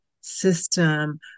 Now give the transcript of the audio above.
system